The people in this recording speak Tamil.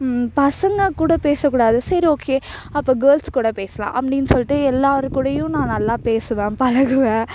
பசங்கக்கூட பேசக்கூடாது சரி ஓகே அப்போ கேர்ள்ஸ் கூட பேசலாம் அப்டின்னு சொல்லிட்டு எல்லோருக்கூடையும் நான் நல்லா பேசுவேன் பழகுவேன்